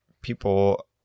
people